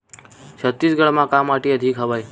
छत्तीसगढ़ म का माटी अधिक हवे?